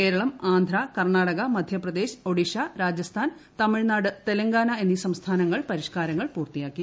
കേരളം ആന്ധ്ര ക്ടർണാടക മധ്യപ്രദേശ് ഒഡീഷ രാജസ്ഥാൻ തമിഴ്നാട് തെല്ലങ്കാന് എന്നീ സംസ്ഥാനങ്ങൾ പരിഷ് കാരങ്ങൾ പൂർത്തിയാക്കി